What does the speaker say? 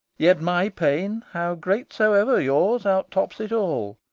yet my pain, how great soever yours, outtops it all.